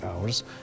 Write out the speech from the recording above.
hours